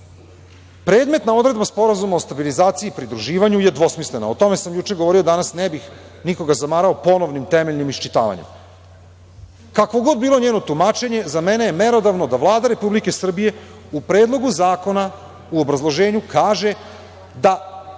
odredba Sporazuma o stabilizaciji i pridruživanju je dvosmislena. O tome sam juče govorio, danas ne bih nikoga zamarao ponovnim temeljnim iščitavanjem. Kakvo god bilo njeno tumačenje, za mene je merodavno da Vlada Republike Srbije u Predlogu zakona u obrazloženju kaže da 1.